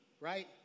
right